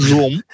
Zoom